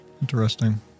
Interesting